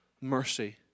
mercy